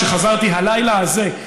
שחזרתי הלילה הזה,